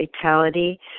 fatality